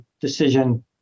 decision